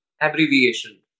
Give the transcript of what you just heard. abbreviation